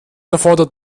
erfordert